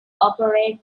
operate